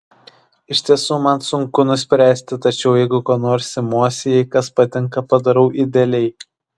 iš tiesų man sunku nuspręsti tačiau jeigu ko nors imuosi jei kas patinka padarau idealiai